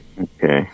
Okay